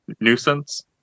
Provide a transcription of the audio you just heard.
nuisance